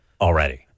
already